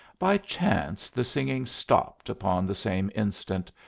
by chance the singing stopped upon the same instant,